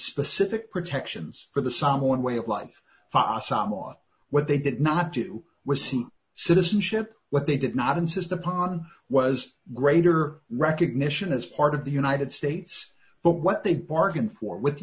specific protections for the some one way of life far somma what they did not do was see citizenship what they did not insist upon was greater recognition as part of the united states but what they bargained for with the